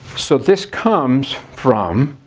so this comes from,